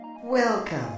Welcome